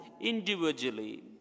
individually